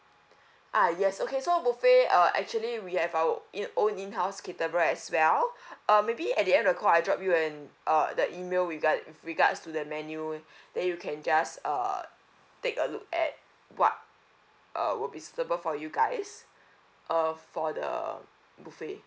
ah yes okay so buffet uh actually we have our in a own in house caterer as well uh maybe at the end of the call I drop you an uh the email regard with regards to the menu then you can just err take a look at what uh would be suitable for you guys uh for the buffet